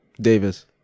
Davis